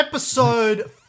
Episode